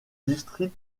district